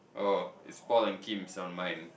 oh it's Paul and Kim's on mine